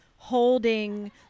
Holding